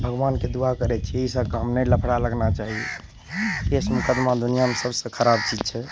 भगवानके दुआ करय छी ई सभ काम नहि लफड़ा लगना चाही केस मुकदमा दुनिआँमे सभसँ खराब चीज छै